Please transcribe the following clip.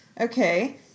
Okay